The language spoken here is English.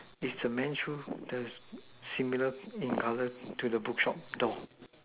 is the men shoe the similar in color to the book shop door